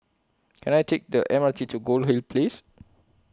Can I Take The M R T to Goldhill Place